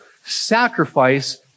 sacrifice